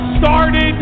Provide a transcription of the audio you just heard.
started